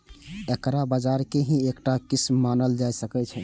एकरा बाजार के ही एकटा किस्म मानल जा सकै छै